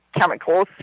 chemicals